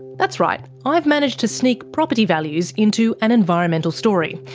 that's right, i've managed to sneak property values into an environmental story.